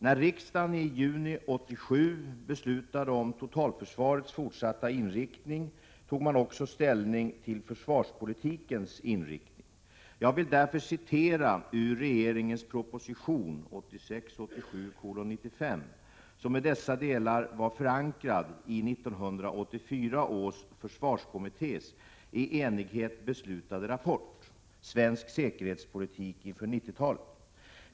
När riksdagen i juni 1987 beslutade om totalförsvarets fortsatta inriktning tog man också ställning till försvarspolitikens inriktning. Jag vill därför citera ur regeringens proposition 1986/87:95, som i dessa delar var förankrad i 1984 års försvarskommittés i enighet beslutade rapport Svensk säkerhetspolitik inför 90-talet.